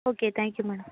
okay thank you madam